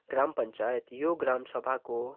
ग्राम पञ्चायत यो ग्राम सभाको